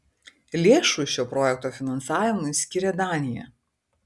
lėšų šio projekto finansavimui skyrė danija